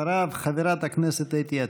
אחריו, חברת הכנסת אתי עטייה.